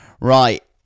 Right